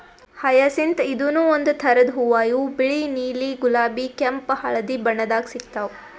hyacinth ಇದೂನು ಒಂದ್ ಥರದ್ ಹೂವಾ ಇವು ಬಿಳಿ ನೀಲಿ ಗುಲಾಬಿ ಕೆಂಪ್ ಹಳ್ದಿ ಬಣ್ಣದಾಗ್ ಸಿಗ್ತಾವ್